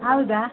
ಹೌದಾ